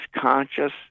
conscious